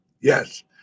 Yes